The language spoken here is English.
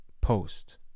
post